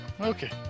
Okay